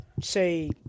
say